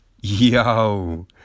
yo